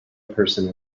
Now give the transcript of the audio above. person